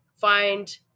find